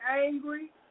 angry